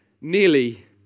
nearly